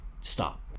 stop